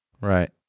Right